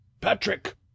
patrick